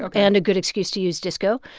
um and a good excuse to use disco.